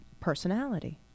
personality